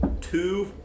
two